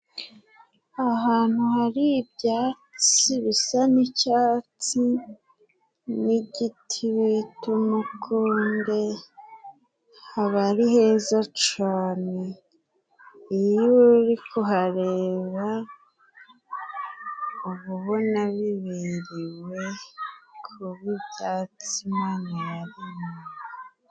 Ahantu hari ibyatsi bisa n' icyatsi n' igiti bita umukunde, haba ari heza cyane, iyo uri kuhareba uba ubona biberewe, kuba ibyatsi Imana yaremye.